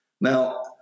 now